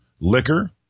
liquor